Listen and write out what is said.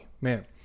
Man